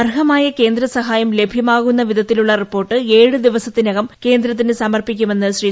അർഹമായ കേന്ദ്ര സഹായം ലഭ്യമാകുന്ന വിധത്തിലുള്ള റിപ്പോർട്ട് ഏഴ് ദിവസത്തിനകം കേന്ദ്രത്തിന് സമർപ്പിക്കുമെന്ന് ശ്രീ